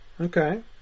Okay